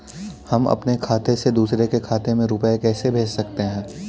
हम अपने खाते से दूसरे के खाते में रुपये कैसे भेज सकते हैं?